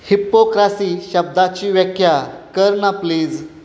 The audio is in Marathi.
हिप्पोकासी शब्दाची व्याख्या कर ना प्लीज